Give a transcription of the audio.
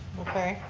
okay,